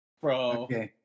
Bro